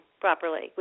properly